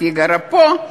פיגארו פה,